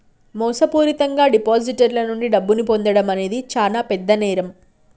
మోసపూరితంగా డిపాజిటర్ల నుండి డబ్బును పొందడం అనేది చానా పెద్ద నేరం